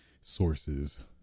sources